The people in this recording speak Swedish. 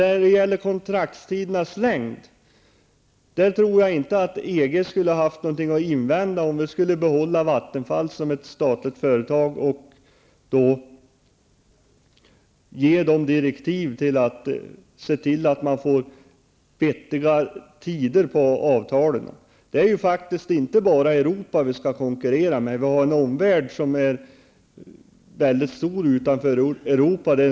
När det gäller kontraktstidernas längd tror jag inte att EG har något att erinra mot att vi behåller Vattenfall som ett statligt företag och ger direktiv för att se till att avtalen får vettiga tider. Vi skall faktiskt inte bara konkurrera med Europa. Omvärlden utanför Europa är mycket stor.